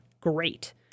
Great